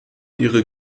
ihre